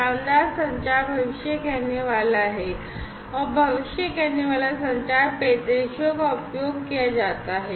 शानदार संचार भविष्य कहनेवाला है और भविष्य कहनेवाला संचार परिदृश्यों का उपयोग किया जाता है